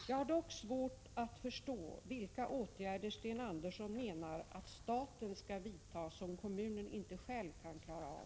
Jag har dock svårt att förstå vilka åtgärder Sten Andersson menar att staten skall vidta som kommunen inte själv kan klara av.